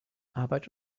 arbeit